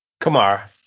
Kamara